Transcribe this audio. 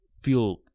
feel